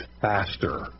faster